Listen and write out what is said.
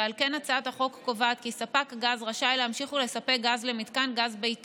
ועל כן הצעת החוק קובעת כי ספק גז רשאי להמשיך ולספק גז למתקן גז ביתי